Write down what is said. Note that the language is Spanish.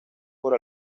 por